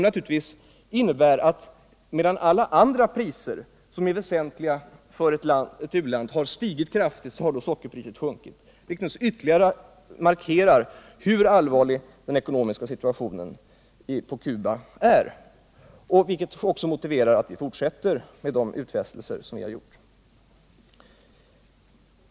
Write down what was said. Det innebär att medan alla andra priser som är väsentliga för ett u-land har stigit kraftigt, så har sockerpriset sjunkit, vilket ytterligare markerar hur allvarlig den ekonomiska situationen på Cuba är och också motiverar att vi fullföljer de utfästelser vi gjort.